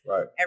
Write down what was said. Right